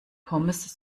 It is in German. pommes